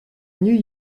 new